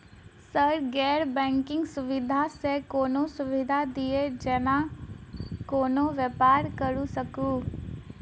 Sir गैर banking सुविधा सँ कोनों सुविधा दिए जेना कोनो व्यापार करऽ सकु?